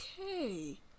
okay